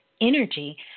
Energy